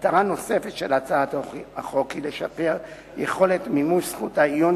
מטרה נוספת של הצעת החוק היא לשפר את יכולת מימוש זכות העיון